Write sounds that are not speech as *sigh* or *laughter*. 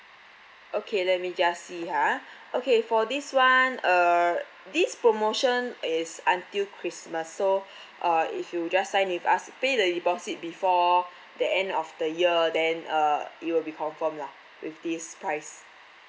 okay let me just see ha *breath* okay for this [one] uh this promotion is until christmas so *breath* uh if you just sign with us pay the deposit before *breath* the end of the year then uh it will be confirm lah with this price